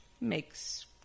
makes